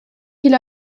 qu’il